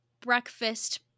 breakfast